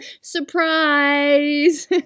Surprise